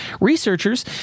researchers